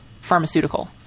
pharmaceutical